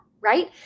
Right